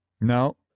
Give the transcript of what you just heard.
No